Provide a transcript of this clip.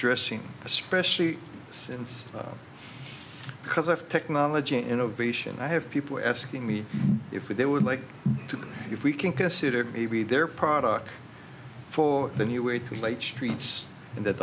addressing especially since because of technology innovation i have people asking me if they would like to if we can considered maybe their product for the new way to late streets and that